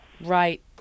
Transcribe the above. Right